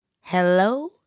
Hello